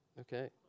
Okay